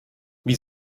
wie